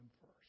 first